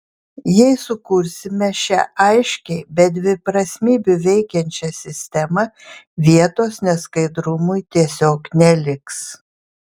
jei sukursime šią aiškiai be dviprasmybių veikiančią sistemą vietos neskaidrumui tiesiog neliks